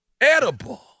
Edible